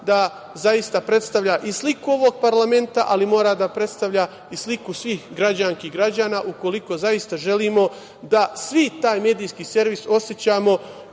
da zaista predstavlja sliku ovog parlamenta, ali mora da predstavlja i sliku svih građanki i građana ukoliko zaista želimo da svi taj medijski servis osećamo